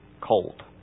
cold